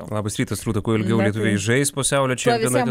labas rytas rūta kuo ilgiau lietuviai žais pasaulio čempionate